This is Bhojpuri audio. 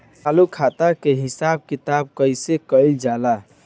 चालू खाता के हिसाब किताब कइसे कइल जाला?